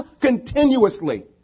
continuously